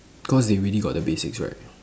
cause they really got the basics right